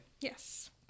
yes